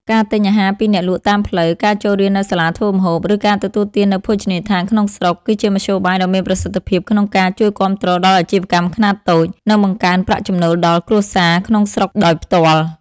ការទិញអាហារពីអ្នកលក់តាមផ្លូវ ការចូលរៀននៅសាលាធ្វើម្ហូប ឬការទទួលទាននៅភោជនីយដ្ឋានក្នុងស្រុក គឺជាមធ្យោបាយដ៏មានប្រសិទ្ធភាពក្នុងការ ជួយគាំទ្រដល់អាជីវកម្មខ្នាតតូច និងបង្កើនប្រាក់ចំណូលដល់គ្រួសារក្នុងស្រុកដោយផ្ទាល់ ។